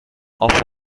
half